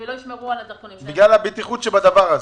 ולא ישמרו על הדרכונים שלהם --- בגלל הבטיחות שבדבר הזה.